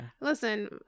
Listen